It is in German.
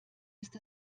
ist